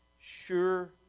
sure